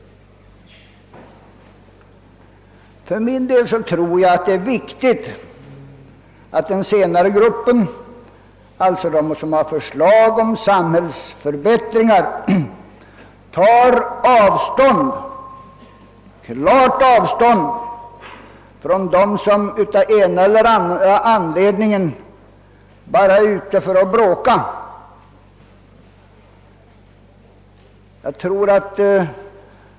För min del tror jag det är mycket viktigt att de ungdomar som har förslag om samhällsförbättringar klart tar avstånd från dem som av ena eller andra anledningen bara är ute för att bråka.